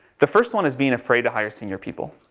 the first one is being afraid to hire senior people.